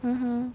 mmhmm